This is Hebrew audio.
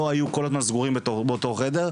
לא לבתי הספר,